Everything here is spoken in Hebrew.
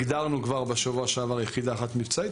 הגדרנו כבר בשבוע שעבר יחידה אחת מבצעית